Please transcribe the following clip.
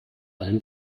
allem